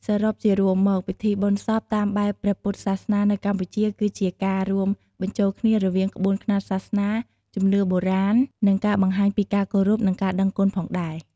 សរុបជារួមមក ពិធីបុណ្យសពតាមបែបព្រះពុទ្ធសាសនានៅកម្ពុជា គឺជាការរួមបញ្ចូលគ្នារវាងក្បួនខ្នាតសាសនា ជំនឿបុរាណ និងការបង្ហាញពីការគោរព និងការដឹងគុណផងដែរ។